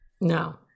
No